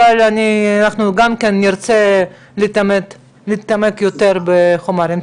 אבל אנחנו גם כן נרצה להתעמק יותר בחומרים.